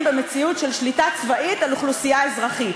במציאות של שליטה צבאית על אוכלוסייה אזרחית.